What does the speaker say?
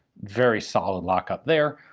very solid lock up there.